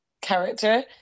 character